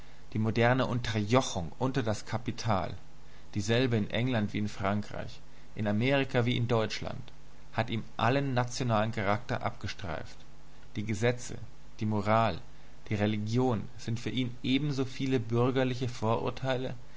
die moderne unterjochung unter das kapital dieselbe in england wie in frankreich in amerika wie in deutschland hat ihm allen nationalen charakter abgestreift die gesetze die moral die religion sind für ihn ebenso viele bürgerliche vorurteile